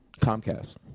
Comcast